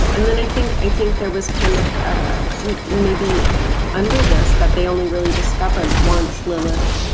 and then i think i think there was kind of maybe under this that they only really discovered once lilith's